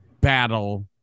battle